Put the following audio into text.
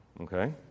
Okay